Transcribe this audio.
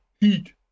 heat